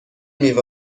میوه